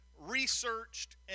researched